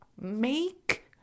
make